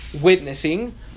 witnessing